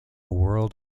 world